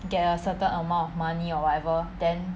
get a certain amount of money or whatever then